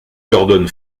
gordon